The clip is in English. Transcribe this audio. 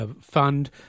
fund